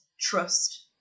trust